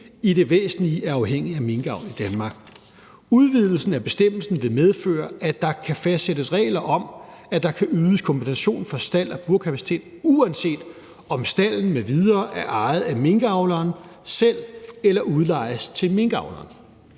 i det væsentlige er afhængig af minkavl i Danmark. Udvidelsen af bestemmelsen vil medføre, at der kan fastsættes regler om, at der kan ydes kompensation for stald- og burkapacitet, uanset om stalden m.v. er ejet af minkavleren selv eller udlejes til minkavl.